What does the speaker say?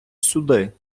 суди